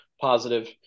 positive